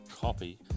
copy